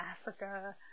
Africa